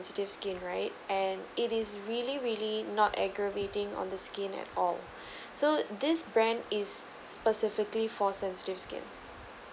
sensitive skin right and it is really really not aggravating on the skin at all so this brand is specifically for sensitive skin